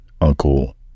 uncle